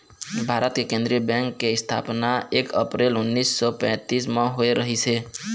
भारत के केंद्रीय बेंक के इस्थापना एक अपरेल उन्नीस सौ पैतीस म होए रहिस हे